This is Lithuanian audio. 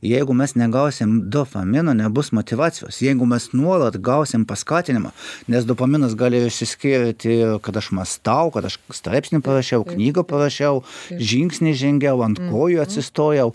jeigu mes negausim dopamino nebus motyvacijos jeigu mes nuolat gausim paskatinimo nes dopaminas gali išsiskirti kad aš mąstau kad aš straipsnį parašiau knygą parašiau žingsnį žengiau ant kojų atsistojau